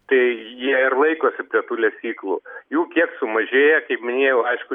tai jie ir laikosi prie tų lesyklų jų kiek sumažėja kaip minėjau aišku